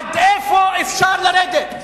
עד איפה אפשר לרדת?